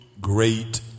great